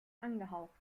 angehaucht